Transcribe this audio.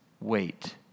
wait